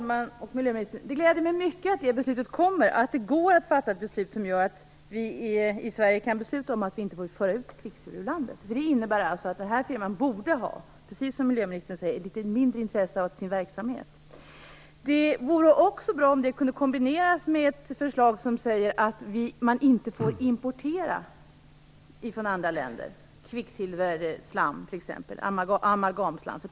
Herr talman! Det gläder mig mycket att det beslutet kommer, dvs. att det går att fatta ett beslut som gör att vi i Sverige kan besluta om att man inte får föra ut kvicksilver ur landet. Det innebär alltså att den här firman borde ha, precis som miljöministern säger, ett litet mindre intresse av sin verksamhet. Det vore också bra om det kunde kombineras med ett förslag som innebär att man inte får importera t.ex.